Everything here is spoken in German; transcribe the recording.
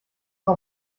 vor